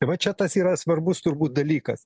va čia tas yra svarbus turbūt dalykas